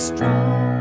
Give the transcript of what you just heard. Strong